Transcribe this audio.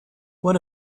one